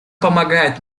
помогает